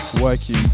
working